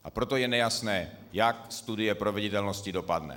A proto je nejasné, jak studie proveditelnosti dopadne.